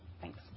Thanks